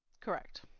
Correct